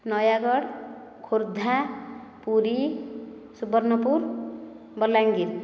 Nayagarh Khordha Puri Subarnapur Balangir